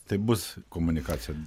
taip bus komunikacija